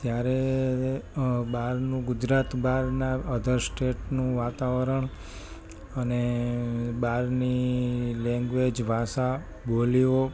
ત્યારે બહારનું ગુજરાત બહારના અધર સ્ટેટનું વાતાવરણ અને બહારની લેંગ્વેજ ભાષા બોલીઓ